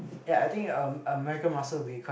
ya I think a American muscle will be quite